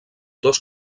dos